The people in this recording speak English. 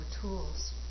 tools